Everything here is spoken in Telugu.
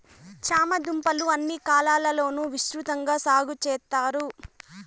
చామ దుంపలు అన్ని కాలాల లోనూ విసృతంగా సాగు చెత్తారు